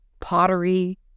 pottery